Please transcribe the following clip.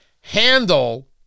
handle